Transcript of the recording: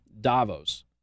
Davos